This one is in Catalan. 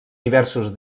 diversos